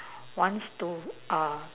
wants to uh